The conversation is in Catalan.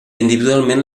individualment